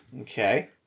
Okay